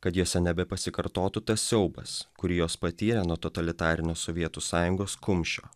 kad jose nebepasikartotų tas siaubas kurį jos patyrė nuo totalitarinio sovietų sąjungos kumščio